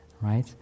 right